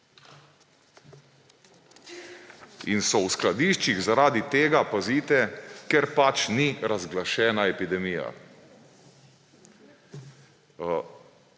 In so v skladiščih zaradi tega – pazite –, ker pač ni razglašena epidemija.